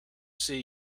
see